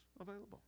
available